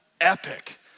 Epic